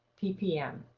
ppm.